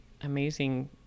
amazing